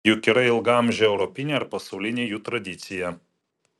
juk yra ilgaamžė europinė ir pasaulinė jų tradicija